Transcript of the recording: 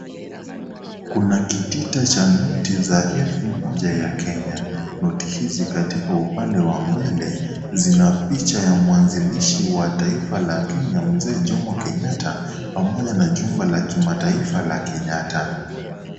Kuna kiti ta cha noti za elfu moja ya Kenya. Noti hizi katika upande wa mbele, zina picha ya mwanzilishi wa taifa la Kenya, Mzee Jomo Kenyatta, pamoja na jumba la kimataifa la Kenyatta.